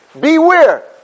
beware